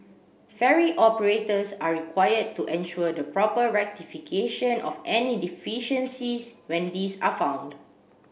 ferry operators are required to ensure the proper rectification of any deficiencies when these are found